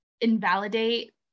invalidate